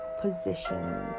positions